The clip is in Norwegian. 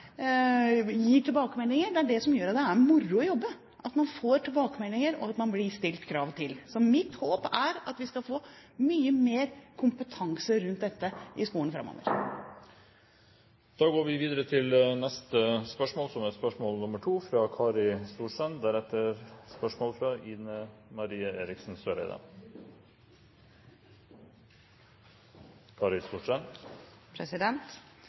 tilbakemeldinger. Det er det som gjør at det er moro å jobbe; at man får tilbakemeldinger, og at man blir stilt krav til. Så mitt håp er at vi skal få mye mer kompetanse rundt dette i skolen framover.